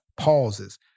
pauses